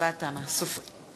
ואלה תוצאות ההצבעה: 37